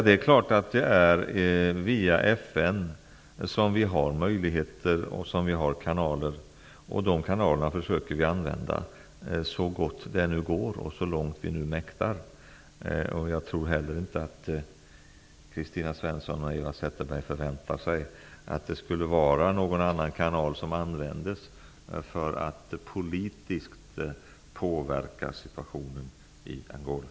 Det är klart att det är via FN som vi har möjligheter och kanaler. De kanalerna försöker vi använda så långt det går och så långt vi mäktar. Jag tror inte att Kristina Svensson och Eva Zetterberg förväntar sig att man skulle använda någon annan kanal för att politiskt påverka situationen i Angola.